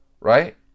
Right